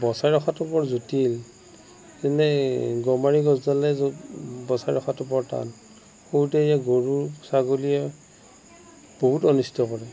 বচাই ৰখাটো বৰ জটিল যেনে গমাৰি গছডালেই য'ত বচাই ৰখাটো বৰ টান সৰুতে সেই গৰু ছাগলীয়ে বহুত অনিষ্ট কৰে